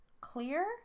clear